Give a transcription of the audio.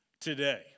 today